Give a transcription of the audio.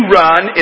run